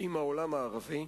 עם העולם הערבי,